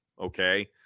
okay